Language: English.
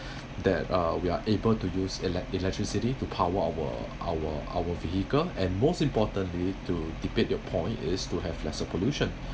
that uh we are able to use elec~ electricity to power our our our vehicle and most importantly to debate your point is to have lesser pollution